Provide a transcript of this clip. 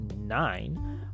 nine